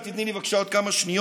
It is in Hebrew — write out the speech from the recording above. אם תיתני לי בבקשה עוד כמה שניות,